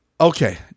Okay